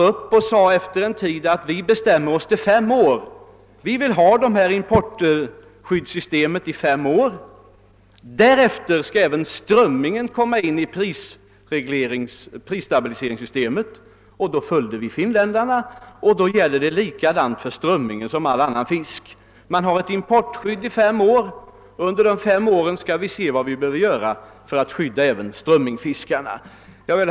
De gav emellertid upp och sade att de ville ha kvar importskyddssystemet i fem år. Därefter skulle även strömmingen tas med i prisstabliseringssystemet. Vi följde alltså finländarna att för strömmingen skulle gälla samma sak som för all annan fisk. Det finns ett importskydd under fem år och under des sa år skall vi se vad som behöver göras för att skydda även strömmingsfiskarna. Herr talman!